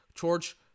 George